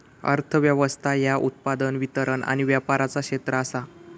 अर्थ व्यवस्था ह्या उत्पादन, वितरण आणि व्यापाराचा क्षेत्र आसा